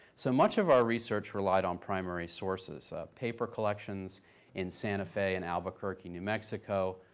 so much of our research relied on primary sources paper collections in santa fe and albuquerque, new mexico,